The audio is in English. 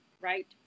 right